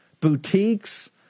Boutiques